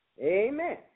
Amen